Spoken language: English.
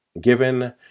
Given